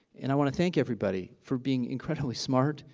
and i want to thank everybody for being incredibly smart,